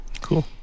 Cool